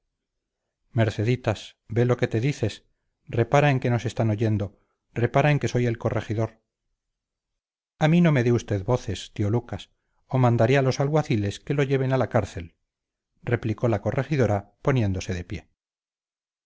merceditas ve lo que te dices repara en que nos están oyendo repara en que soy el corregidor a mí no me dé usted voces tío lucas o mandaré a los alguaciles que lo lleven a la cárcel replicó la corregidora poniéndose de pie